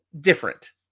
Different